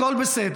הכול בסדר,